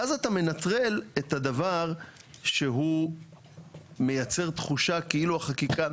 ואז אתה מנטרל את הדבר שהוא מייצר תחושה כאילו החקיקה,